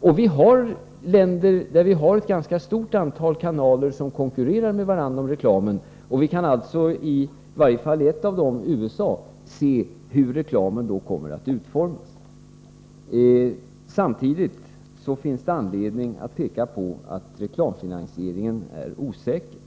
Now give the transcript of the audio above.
Det finns länder i vilka ett ganska stort antal TV-kanaler konkurrerar med varandra om reklamen. I varje fall i ett av dessa, USA, kan vi se hur reklamen utformas. Samtidigt finns det anledning att peka på att reklamfinansieringen är osäker.